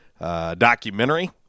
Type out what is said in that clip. documentary